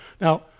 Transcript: Now